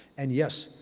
and yes,